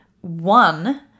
one